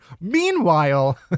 Meanwhile